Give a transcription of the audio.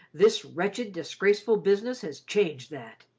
this wretched, disgraceful business has changed that.